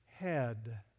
head